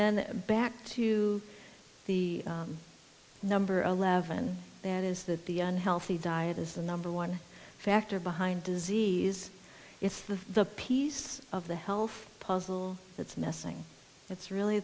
then back to the number eleven that is that the unhealthy diet is the number one factor behind disease it's the the piece of the health puzzle that's missing that's really